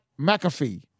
McAfee